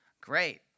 Great